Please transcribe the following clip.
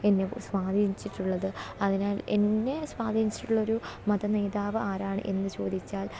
എന്നെ സ്വാധീനിച്ചിട്ടുള്ളത് അതിനാൽ എന്നെ സ്വാധീനിച്ചിട്ടുള്ളൊരു മത നേതാവ് ആരാണ് എന്നു ചോദിച്ചാൽ